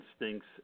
instincts